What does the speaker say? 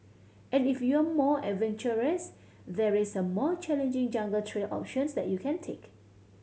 and if you're more adventurous there's a more challenging jungle trail options that you can take